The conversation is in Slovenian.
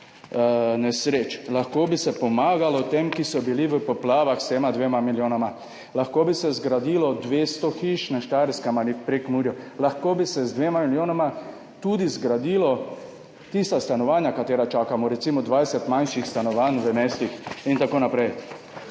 nesreč. Lahko bi se pomagalo tem, ki so bili v poplavah, s tema 2 milijonoma. Lahko bi se zgradilo 200 hiš na Štajerskem ali v Prekmurju. Lahko bi se z 2 milijonoma tudi zgradilo tista stanovanja, na katera čakamo, recimo 20 manjših stanovanj v mestih in tako naprej.